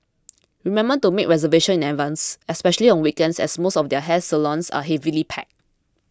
remember to make reservation in advance especially on weekends as most of these hair salons are heavily packed